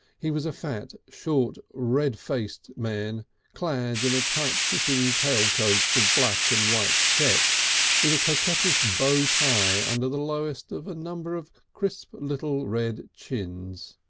he was a fat, short, red-faced man clad in a tight-fitting tail coat of black and white check with a coquettish bow tie under the lowest of a number of crisp little red chins.